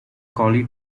collie